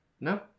No